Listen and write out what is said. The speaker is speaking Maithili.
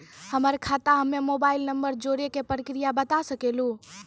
हमर खाता हम्मे मोबाइल नंबर जोड़े के प्रक्रिया बता सकें लू?